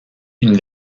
une